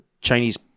Chinese